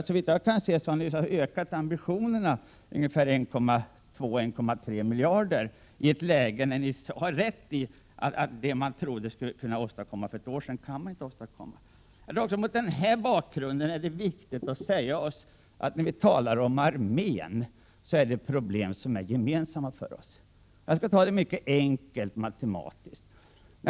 Såvitt jag kan se, har ni ökat ambitionerna med 1,2 å 1,3 miljarder i ett läge när ni har rätt i att det riksdagen i fjol trodde sig kunna åstadkomma under försvarsbeslutsperioden till en del blir senarelagt. Också mot den här är det viktigt att säga att när vi talar om armén är det problem som är gemensamma för oss. Jag skall ta det mycket enkelt matematiskt.